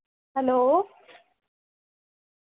hello